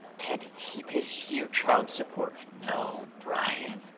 ted, he pays you child support. no, brian.